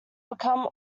become